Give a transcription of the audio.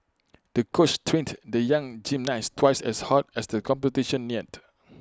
the coach trained the young gymnast twice as hard as the competition neared